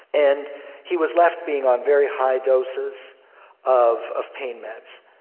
and he was left being on very high doses of of pain meds.